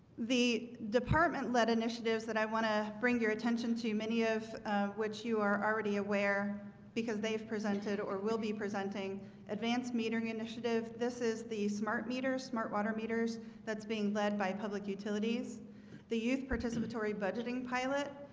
the department led initiatives that i want to bring your attention to many of which you are already aware because they've presented or will be presenting advanced metering initiative this is the smart meters smart water meters that's being led by public utilities the youth participatory budgeting pilot